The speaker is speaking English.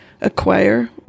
acquire